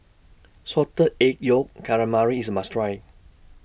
Salted Egg Yolk Calamari IS A must Try